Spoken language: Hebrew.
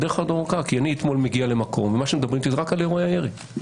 אתמול אני מגיע למקום ומדברים איתי רק על אירועי הירי,